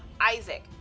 Isaac